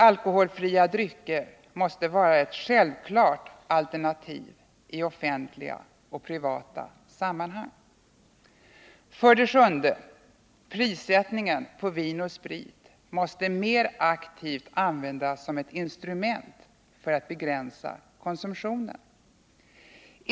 Alkoholfria drycker måste vara ett självklart alternativ i offentliga och privata sammanhang. 7. Prissättningen på vin och sprit måste mer aktivt användas som ett instrument för att begränsa konsumtionen.